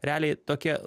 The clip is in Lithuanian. realiai tokie